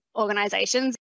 organizations